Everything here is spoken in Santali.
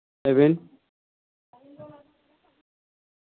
ᱞᱟᱹᱭᱵᱤᱱ